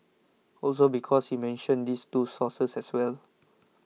also because he mentioned these two sources as well